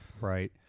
right